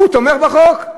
הוא תומך בחוק.